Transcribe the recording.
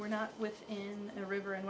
we're not with in the river and